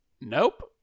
Nope